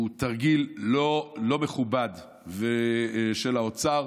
הוא תרגיל לא מכובד של האוצר,